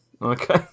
Okay